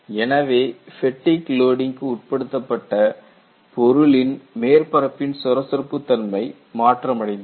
எனவே fatigue loading க்கு உட்படுத்தப்பட்ட பொருளின் மேற்பரப்பின் சொரசொரப்பு தன்மை மாற்றம் அடைந்திருக்கும்